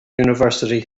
university